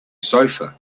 sofa